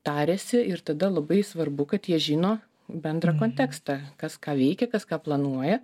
tariasi ir tada labai svarbu kad jie žino bendrą kontekstą kas ką veikia kas ką planuoja